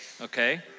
Okay